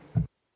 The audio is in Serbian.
Hvala